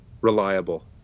reliable